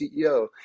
CEO